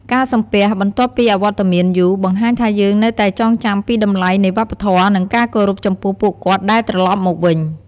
ការសំពះបន្ទាប់ពីអវត្តមានយូរ បង្ហាញថាយើងនៅតែចងចាំពីតម្លៃនៃវប្បធម៌ និងការគោរពចំពោះពួកគាត់ដែលត្រលប់មកវិញ។